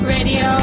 Radio